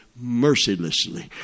mercilessly